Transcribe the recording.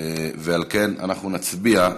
ועל כן אנחנו נצביע.